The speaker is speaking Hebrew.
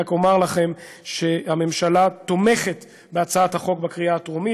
ורק אומר לכם שהממשלה תומכת בהצעת החוק בקריאה טרומית.